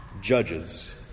judges